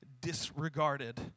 disregarded